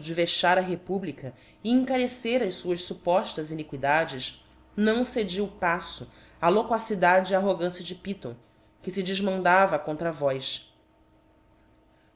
de vexar a republica e encarecer as fuás fuppoftas iniquidades não cedi o paífo á loquacidade e arrogância de python que fe defmandava contra vós